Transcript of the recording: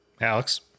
Alex